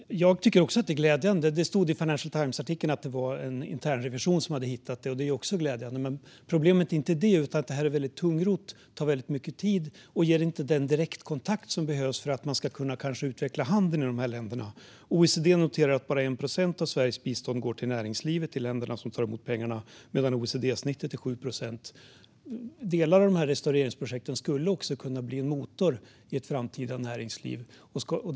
Fru talman! Jag tycker också att det är glädjande. Det stod i artikeln i Financial Times att det var en internrevision som hade hittat detta, och det är också glädjande. Men problemet är inte det, utan det är att det här är väldigt tungrott, tar väldigt mycket tid och inte ger den direktkontakt som behövs för att man ska kunna utveckla handeln i de här länderna. OECD noterar att bara 1 procent av Sveriges bistånd går till näringslivet i de länder som tar emot pengarna, medan OECD-snittet är 7 procent. Delar av de här restaureringsprojekten skulle också kunna bli motor i ett framtida näringsliv.